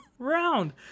round